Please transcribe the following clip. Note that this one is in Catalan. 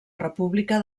república